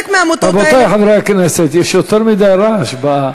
רבותי חברי הכנסת, יש יותר מדי רעש.